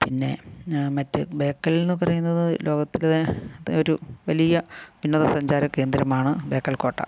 പിന്നെ മറ്റ് ബേക്കൽ എന്ന് പറയുന്നത് ലോകത്തിലെ ത ഒരു വലിയ വിനോദ സഞ്ചാര കേന്ദ്രമാണ് ബേക്കൽ കോട്ട